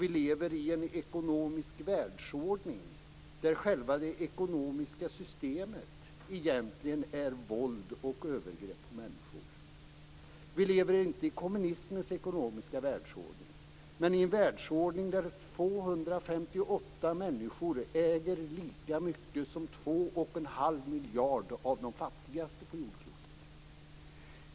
Vi lever i en ekonomisk världsordning där själva det ekonomiska systemet egentligen är våld och övergrepp på människor. Vi lever inte i kommunismens ekonomiska världsordning. Det är en världsordning där 258 människor äger lika mycket som två och en halv miljard av de fattigaste på jordklotet.